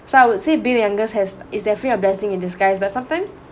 so I would say being youngest has is definitely a blessing in disguise but sometimes